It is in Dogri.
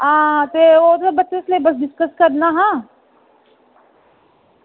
ते आं उस बच्चे दा सलेबस डिसकस करना हा